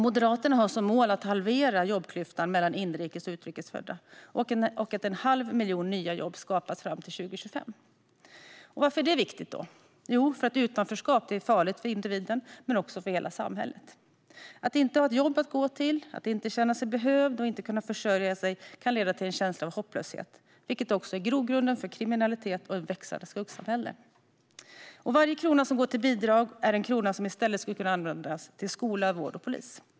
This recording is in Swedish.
Moderaterna har som mål att halvera jobbklyftan mellan inrikes och utrikes födda och att en halv miljon nya jobb skapas till 2025. Varför är det viktigt? Jo, för att utanförskap är farligt såväl för individen som för hela samhället. Att inte ha ett jobb att gå till, att inte känna sig behövd och att inte kunna försörja sig kan leda till en känsla av hopplöshet, vilket också är grogrunden för kriminalitet och ett växande skuggsamhälle. Varje krona som går till bidrag är en krona som i stället kunde användas till skola, vård och polis.